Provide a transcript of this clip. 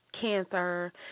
cancer